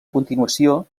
continuació